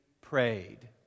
prayed